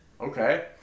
Okay